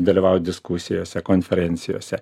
dalyvauja diskusijose konferencijose